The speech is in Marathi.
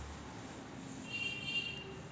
ती अनेक प्रकारे वापरली जाऊ शकते